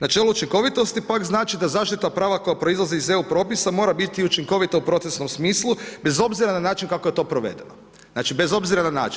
Načelo učinkovitosti pak znači da zaštita prava koja proizlaze iz EU propisa mora biti učinkovita u procesnom smislu bez obzira na način kako je to provedeno, znači bez obzira na način.